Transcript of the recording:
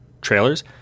trailers